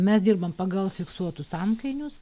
mes dirbam pagal fiksuotus antkainius